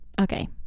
okay